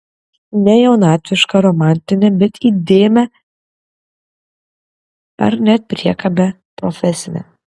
ne jaunatvišką romantinę bet įdėmią ar net priekabią profesinę